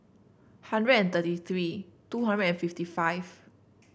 hundred and thirty three two hundred and fifty five